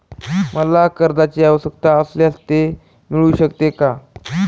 मला कर्जांची आवश्यकता असल्यास ते मिळू शकते का?